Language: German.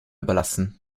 überlassen